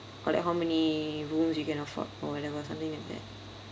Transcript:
or like how many rooms you can afford or whatever something like that